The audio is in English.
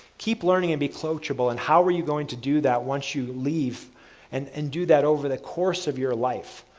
keep learning and be coachable and how are you going to do that once you leave and and do that over the course of your life.